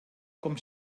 com